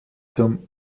zum